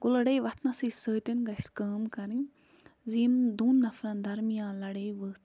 گوٚو لڑٲے وَتھنَسٕے سۭتۍ گژھِ کٲم کَرٕنۍ زِ یِم دۄن نفرَن درمیان لَڑٲے ؤژھ